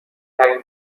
ترین